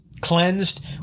cleansed